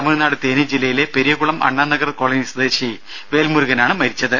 തമിഴ്നാട് തേനി ജില്ലയിലെ പെരിയകുളം അണ്ണാനഗർ കോളനി സ്വദേശി വേൽമുരുകനാണ് മരിച്ചത്